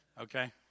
Okay